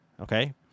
okay